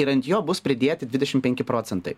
ir ant jo bus pridėti dvidešim penki procentai